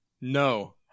No